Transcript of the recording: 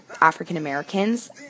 African-Americans